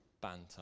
banter